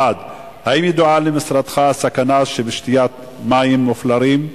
1. האם ידועה למשרדך הסכנה שבשתיית מים מופלרים?